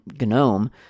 gnome